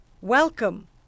Welcome